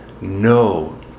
no